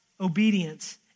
obedience